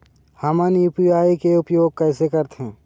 हमन यू.पी.आई के उपयोग कैसे करथें?